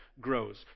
grows